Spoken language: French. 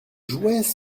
jouets